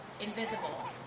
invisible